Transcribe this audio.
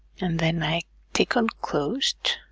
and then i tick on closed,